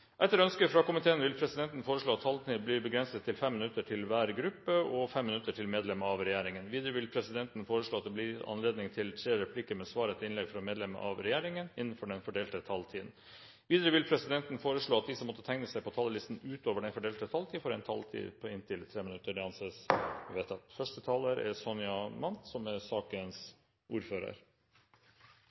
Etter ønske fra justiskomiteen vil presidenten foreslå at taletiden blir begrenset til 5 minutter til hver gruppe og 5 minutter til medlem av regjeringen. Videre vil presidenten foreslå at det blir gitt anledning til tre replikker med svar etter innlegg fra medlem av regjeringen innenfor den fordelte taletid. Videre vil presidenten foreslå at de som måtte tegne seg på talerlisten utover den fordelte taletid, får en taletid på inntil 3 minutter. – Det anses vedtatt.